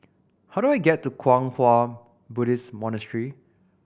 how do I get to Kwang Hua Buddhist Monastery